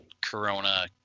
corona